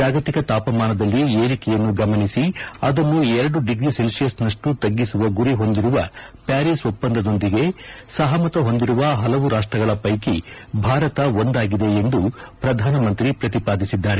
ಜಾಗತಿಕ ತಾಪಮಾನದಲ್ಲಿ ಏರಿಕೆಯನ್ನು ಗಮನಿಸಿ ಆದನ್ನು ಎರಡು ಡಿಗ್ರಿ ಸೆಲ್ಲಿಯಸ್ನಷ್ಟು ತ್ಗಿಸುವ ಗುರಿ ಹೊಂದಿರುವ ಪ್ಲಾರಿಸ್ ಒಪ್ಪಂದದೊಂದಿಗೆ ಸಹಮತ ಹೊಂದಿರುವ ಪಲವು ರಾಷ್ಲಗಳ ಪೈಕಿ ಭಾರತ ಒಂದಾಗಿದೆ ಎಂದು ಪ್ರಧಾನಮಂತ್ರಿ ಪ್ರತಿಪಾದಿಸಿದ್ದಾರೆ